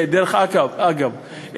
דרך אגב,